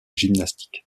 gymnastique